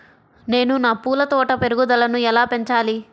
నేను నా పూల తోట పెరుగుదలను ఎలా పెంచాలి?